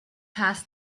pass